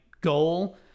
goal